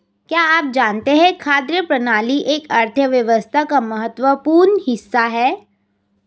क्या आप जानते है खाद्य प्रणाली एक अर्थव्यवस्था का महत्वपूर्ण हिस्सा है?